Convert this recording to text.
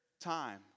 time